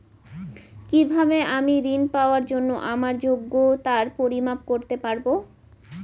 কিভাবে আমি ঋন পাওয়ার জন্য আমার যোগ্যতার পরিমাপ করতে পারব?